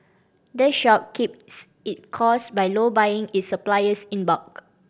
the shop keeps it cost by low buying its supplies in bulk